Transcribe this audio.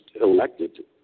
elected